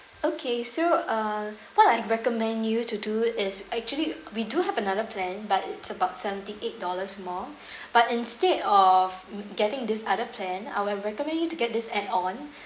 okay so uh what I recommend you to do is actually we do have another plan but it's about seventy-eight dollars more but instead of mm getting this other plan I will recommend you to get this add on